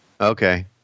Okay